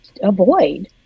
avoid